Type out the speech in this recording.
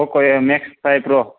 Poco M X five pro